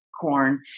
corn